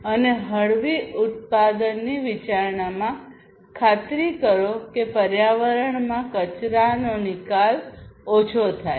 અને હળવી ઉત્પાદનની વિચારણામાં ખાતરી કરો કે પર્યાવરણમાં કચરો નિકાલ ઓછો થાય